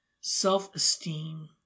Self-esteem